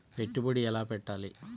పెట్టుబడి ఎలా పెట్టాలి?